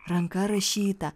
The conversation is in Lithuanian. ranka rašytą